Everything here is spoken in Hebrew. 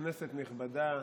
כנסת נכבדה,